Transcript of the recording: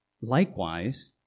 Likewise